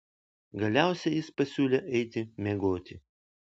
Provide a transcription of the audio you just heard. galiausiai jis pasiūlė eiti miegoti